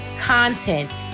content